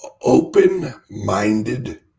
Open-minded